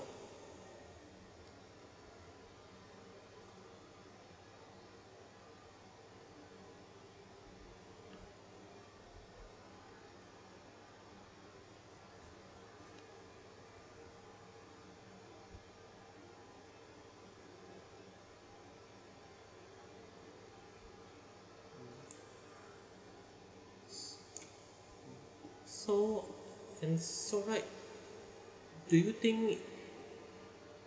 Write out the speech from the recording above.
so and so right do you think